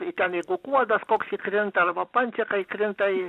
į ten jeigu kuodas koks įkrinta arba pancekai įkrinta į